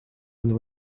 and